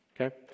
Okay